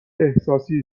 احساسی